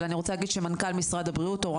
אבל אני רוצה להגיד שמנכ"ל משרד הבריאות הורה